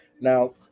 Now